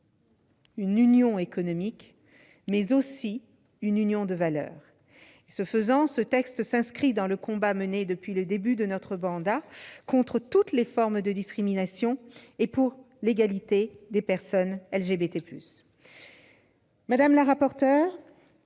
une union économique, mais aussi une union de valeurs. Ainsi, ce texte s'inscrit dans le combat mené depuis le début du quinquennat contre toutes les formes de discriminations et pour l'égalité des personnes LGBT+. Madame la rapporteure,